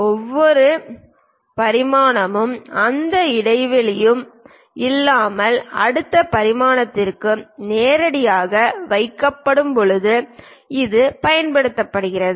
ஒவ்வொரு பரிமாணமும் எந்த இடைவெளியும் இல்லாமல் அடுத்த பரிமாணத்திற்கு நேரடியாக வைக்கப்படும் போது இது பயன்படுத்தப்படுகிறது